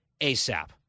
ASAP